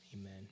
Amen